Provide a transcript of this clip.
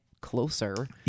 closer